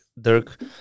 Dirk